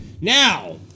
now